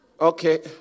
Okay